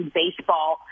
baseball